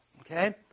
Okay